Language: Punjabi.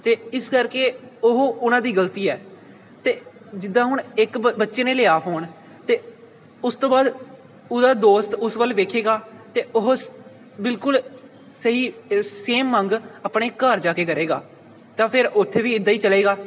ਅਤੇ ਇਸ ਕਰਕੇ ਉਹ ਉਹਨਾਂ ਦੀ ਗਲਤੀ ਹੈ ਅਤੇ ਜਿੱਦਾਂ ਹੁਣ ਇੱਕ ਬੱ ਬੱਚੇ ਨੇ ਲਿਆ ਫੋਨ ਤਾਂ ਉਸ ਤੋਂ ਬਾਅਦ ਉਹਦਾ ਦੋਸਤ ਉਸ ਵੱਲ ਵੇਖੇਗਾ ਅਤੇ ਉਸ ਬਿਲਕੁਲ ਸਹੀ ਸੇਮ ਮੰਗ ਆਪਣੇ ਘਰ ਜਾ ਕੇ ਕਰੇਗਾ ਤਾਂ ਫਿਰ ਉੱਥੇ ਵੀ ਇੱਦਾਂ ਹੀ ਚੱਲੇਗਾ